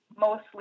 mostly